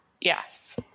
Yes